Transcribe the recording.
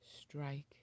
strike